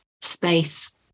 space